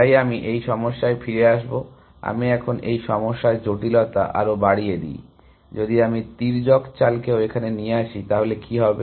তাই আমি এই সমস্যায় ফিরে আসব আমি এখন এই সমস্যার জটিলতা আরো বাড়িয়ে দেই যদি আমি তির্যক চালকেও এখানে নিয়ে আসি তাহলে কি হবে